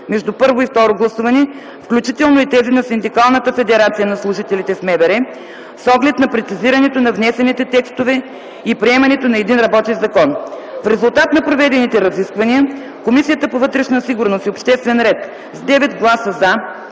между първо и второ гласуване, включително и тези на Синдикалната федерация на служителите в МВР, с оглед на прецизирането на внесените текстове и приемането на един работещ закон. В резултат на проведените разисквания Комисията по вътрешна сигурност и обществен ред с 9 гласа